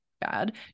bad